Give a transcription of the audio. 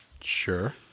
sure